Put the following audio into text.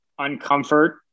uncomfort